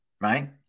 Right